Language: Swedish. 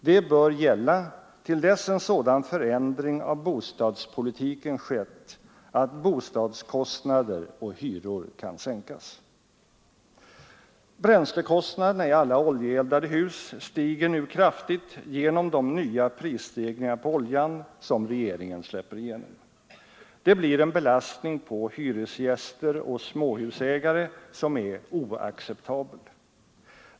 Det bör gälla till dess en sådan förändring av bostadspolitiken skett att bostadskostnader och hyror kan sänkas. Bränslekostnaderna i alla oljeeldade hus stiger nu kraftigt genom de nya prisstegringar på oljan som regeringen släpper igenom. Det blir en belastning på hyresgäster och småhusägare som är oacceptabel.